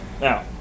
Now